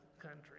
country